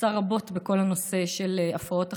עושה רבות בכל הנושא של הפרעות אכילה.